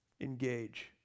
Engage